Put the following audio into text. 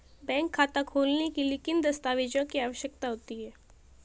Bank खाता खोलने के लिए किन दस्तावेज़ों की आवश्यकता होती है?